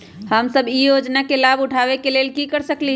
हम सब ई योजना के लाभ उठावे के लेल की कर सकलि ह?